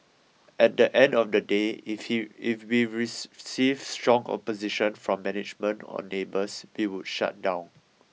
at the end of the day if if we received strong opposition from management or neighbours we would shut down